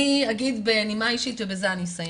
אני אגיד בנימה אישית ובזה אני אסיים,